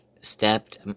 stepped